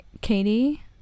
Katie